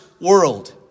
world